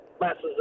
masses